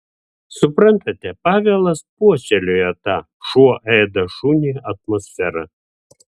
suprantate pavelas puoselėjo tą šuo ėda šunį atmosferą